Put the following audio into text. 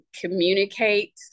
communicate